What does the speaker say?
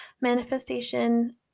manifestation